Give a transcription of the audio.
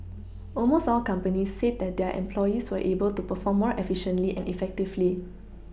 almost all companies said that their employees were able to perform more efficiently and effectively